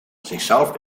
zichzelf